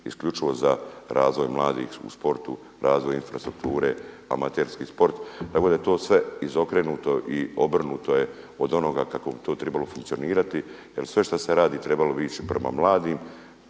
isključivo za razvoj mladih u sportu, razvoj infrastrukture, amaterski sport tako da je to sve izokrenuto i obrnuto je od onoga kako bi to trebalo funkcionirati. Jer sve što se radi trebalo bi ići prema mladima,